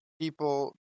people